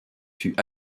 fut